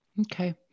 Okay